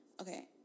okay